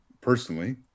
personally